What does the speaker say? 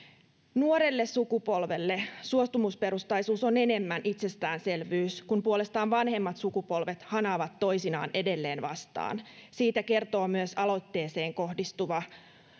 nuorelle sukupolvelle suostumusperustaisuus on enemmän itsestäänselvyys kun puolestaan vanhemmat sukupolvet haraavat toisinaan edelleen vastaan siitä kertoo myös aloitteeseen kohdistuva